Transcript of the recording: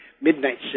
midnight